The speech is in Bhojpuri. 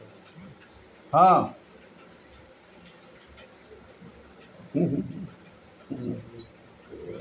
देश के राष्ट्रीय आय अउरी रोजगार में एकर बहुते महत्व बाटे